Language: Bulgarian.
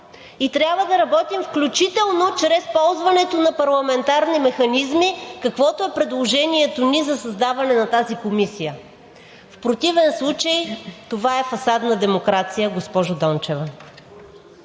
и трябва да работим включително чрез ползването на парламентарни механизми, каквото е предложението ни за създаване на тази комисия. В противен случай това е фасадна демокрация, госпожо Дончева.